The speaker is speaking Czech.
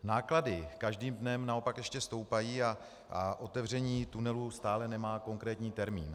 Náklady každým dnem naopak ještě stoupají a otevření tunelu stále nemá konkrétní termín.